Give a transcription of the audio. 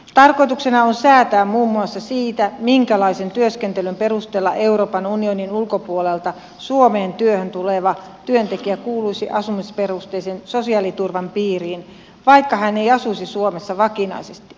tarkoituksena on säätää muun muassa siitä minkälaisen työskentelyn perusteella euroopan unionin ulkopuolelta suomeen työhön tuleva työntekijä kuuluisi asumisperusteisen sosiaaliturvan piiriin vaikka hän ei asuisi suomessa vakinaisesti